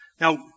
Now